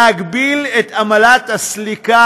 להגביל את עמלת הסליקה